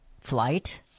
flight